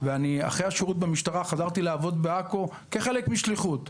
ואחרי השירות במשטרה חזרתי לעבוד בעכו כחלק משליחות.